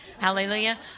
Hallelujah